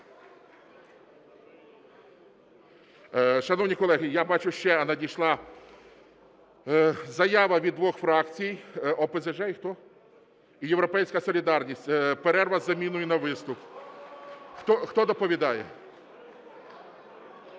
Шановні колеги, я бачу, ще надійшла заява від двох фракцій. ОПЗЖ і хто? І "Європейська солідарність". Перерва із заміною на виступ. Хто доповідає?